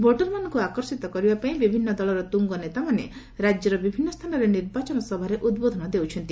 ଭୋଟରମାନଙ୍କୁ ଆକର୍ଷିତ କରିବା ପାଇଁ ବିଭିନ୍ନ ଦଳର ତୁଙ୍ଗ ନେତାମାନେ ରାଜ୍ୟର ବିଭିନ୍ନ ସ୍ଥାନରେ ନିର୍ବାଚନ ସଭାରେ ଉଦ୍ବୋଧନ ଦେଉଛନ୍ତି